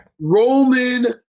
Roman